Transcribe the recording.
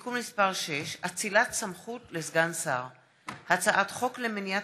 (תיקון מס' 6) (אצילת סמכות לסגן שר); הצעת חוק למניעת